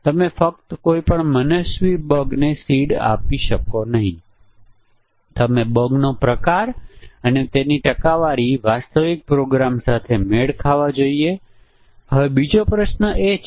ચાલો કહીએ કે વ્યાજ દર અને ડાઉન પેમેન્ટ મહિનો અને ચુકવણીની આવર્તન વગેરે છે અને પછી આપણે બધી ભૂલો શોધવી છે